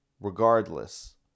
regardless